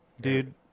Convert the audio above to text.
Dude